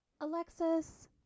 Alexis